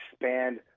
expand